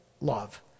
love